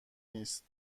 نیست